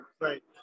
Right